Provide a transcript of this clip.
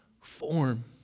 form